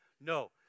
No